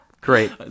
Great